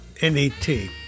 N-E-T